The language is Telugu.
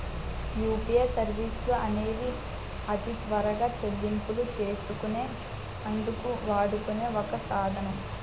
యూపీఐ సర్వీసెస్ అనేవి అతి త్వరగా చెల్లింపులు చేసుకునే అందుకు వాడుకునే ఒక సాధనం